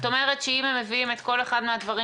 את אומרת שאם הם מביאים את כל אחד מהדברים